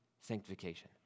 sanctification